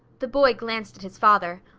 the boy glanced at his father.